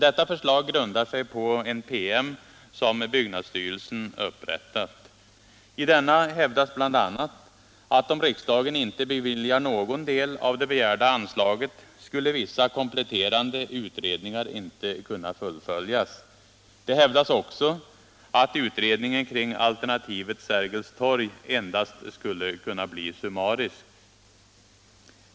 Detta förslag grundar sig på en PM som byggnadsstyrelsen upprättat. I denna hävdas bl.a. att om riksdagen inte beviljar någon del av det begärda anslaget skulle vissa kompletterande utredningar inte kunna fullföljas. Det hävdas också att utredningen kring alternativet Sergels torg endast skulle kunna bli summarisk.